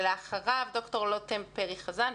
ואחריו ד"ר לטם פרי-חזן,